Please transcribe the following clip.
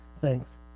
Thanks